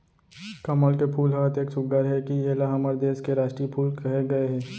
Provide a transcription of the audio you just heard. कमल के फूल ह अतेक सुग्घर हे कि एला हमर देस के रास्टीय फूल कहे गए हे